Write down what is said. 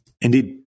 Indeed